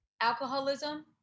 alcoholism